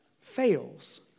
fails